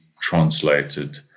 translated